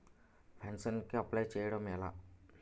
Pension కి apply చేసుకోవడం ఎలా?